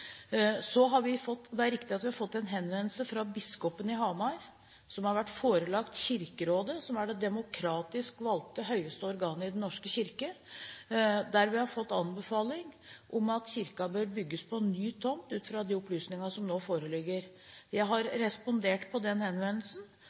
Det er riktig at vi har fått en henvendelse fra biskopen i Hamar, som har vært forelagt Kirkerådet, som er det demokratisk valgte høyeste organet i Den norske kirke, der vi ble anbefalt at kirken bør bygges på ny tomt – ut fra de opplysningene som nå foreligger. Jeg har